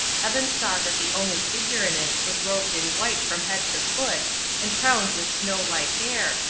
evan saw that the only figure in it was robed in white from head to foot and crowned with snow-white hair,